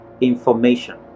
information